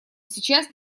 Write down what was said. сейчас